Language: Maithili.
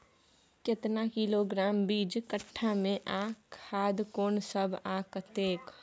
केतना किलोग्राम बीज कट्ठा मे आ खाद कोन सब आ कतेक?